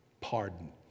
Pardon